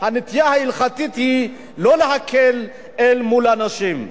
הנטייה ההלכתית היא לא להקל אל מול הנשים.